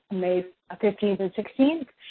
may ah fifteenth and sixteenth.